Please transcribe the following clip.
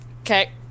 Okay